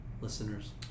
listeners